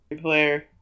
player